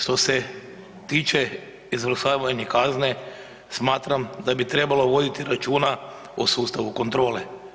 Što se tiče izvršavanja kazne smatram da bi trebalo voditi računa o sustavu kontrole.